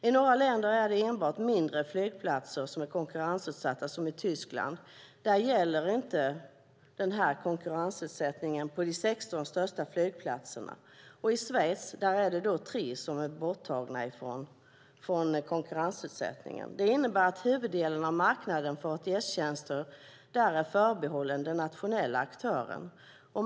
I några länder är enbart mindre flygplatser konkurrensutsatta, såsom i Tyskland, där konkurrensutsättningen inte gäller de 16 största flygplatserna. I Schweiz är tre flygplatser undantagna från konkurrensutsättning. Det innebär att huvuddelen av marknaden för ATS-tjänster är förbehållen den nationella aktören.